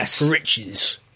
riches